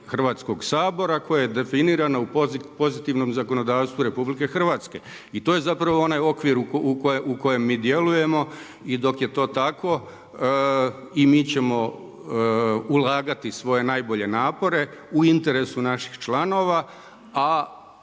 Hrvatskog sabora koje je definirano u pozitivnom zakonodavstvu RH i to je zapravo onaj okvir u kojem mi djelujemo. I dok je to tako i mi ćemo ulagati svoje najbolje napore u interesu naših članove, a